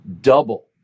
double